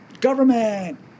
government